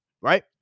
right